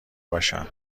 باشم